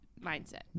mindset